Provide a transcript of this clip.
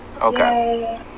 Okay